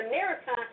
America